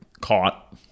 caught